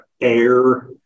air